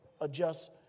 adjust